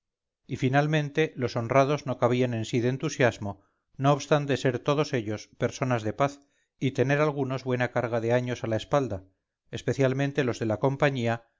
y finalmente los honrados no cabían en sí de entusiasmo no obstante ser todos ellos personas de paz y tener algunos buena carga de años a la espalda especialmente los de la compañía